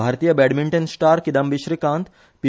Bharatiya badminton star Kidambi Srikanth पी